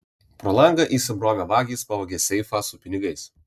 pro langą įsibrovę vagys pavogė seifą su pinigais